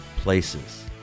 places